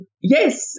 yes